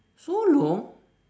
so long